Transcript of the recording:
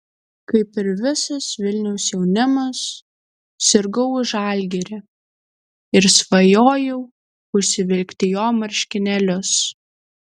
kaip ir visas vilniaus jaunimas sirgau už žalgirį ir svajojau užsivilkti jo marškinėlius